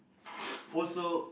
also